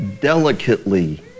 delicately